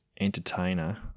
entertainer